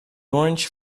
orange